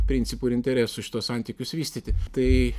principų ir interesų šituos santykius vystyti tai